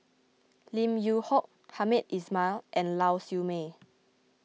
Lim Yew Hock Hamed Ismail and Lau Siew Mei